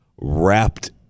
wrapped